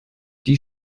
die